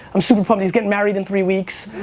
i'm super pumped he's getting married in three weeks.